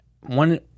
one